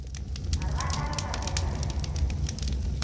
अरवा चावल का कैसा रेट है